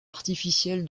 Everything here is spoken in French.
artificiel